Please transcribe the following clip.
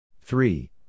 Three